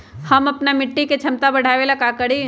हम अपना मिट्टी के झमता बढ़ाबे ला का करी?